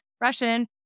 Russian